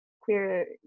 queer